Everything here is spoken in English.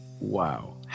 Wow